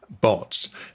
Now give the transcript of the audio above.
bots